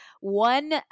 One